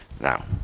Now